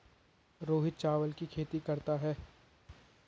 रोहित चावल की खेती करता है